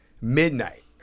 midnight